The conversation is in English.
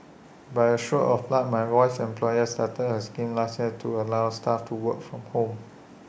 by A stroke of luck my wife's employer started A scheme last year to allow staff to work from home